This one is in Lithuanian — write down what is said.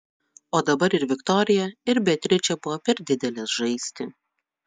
o dabar ir viktorija ir beatričė buvo per didelės žaisti